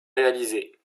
réalisés